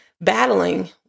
battling